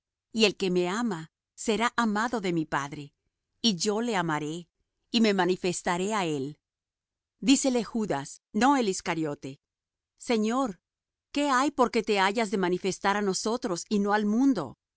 y el que me ama será amado de mi padre y yo le amaré y me manifestaré á él dícele judas no el iscariote señor qué hay porque te hayas de manifestar á nosotros y no al mundo